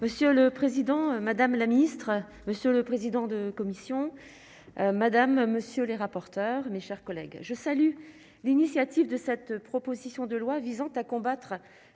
Monsieur le président, madame la ministre, monsieur le président de commission, madame, monsieur, les rapporteurs, mes chers collègues, je salue l'initiative de cette proposition de loi visant à combattre